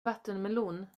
vattenmelon